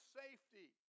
safety